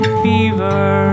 fever